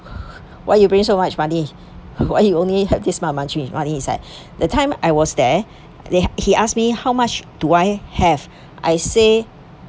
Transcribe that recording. why you bring so much money why you only have this much of muc~ money it's like that time I was there they he asked me how much do I have I say